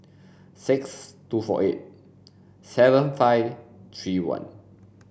six two four eight seven five three one